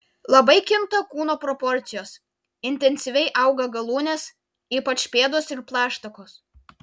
labai kinta kūno proporcijos intensyviai auga galūnės ypač pėdos ir plaštakos